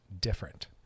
different